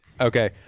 Okay